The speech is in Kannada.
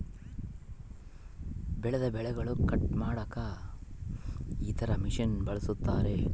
ಬೆಳೆದ ಬೆಳೆಗನ್ನ ಕಟ್ ಮಾಡಕ ಇತರ ಮಷಿನನ್ನು ಬಳಸ್ತಾರ